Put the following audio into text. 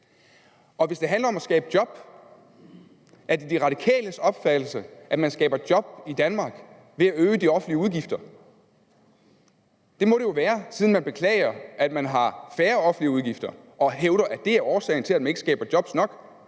Og hvis det handler om at skabe job, er det så De Radikales opfattelse, at man skaber job i Danmark ved at øge de offentlige udgifter? Det må det jo være, siden man beklager, at der er færre offentlige udgifter, og hævder, at det er årsagen til, at man ikke skaber job nok.